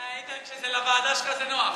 איתן, כשזה לוועדה שלך זה נוח.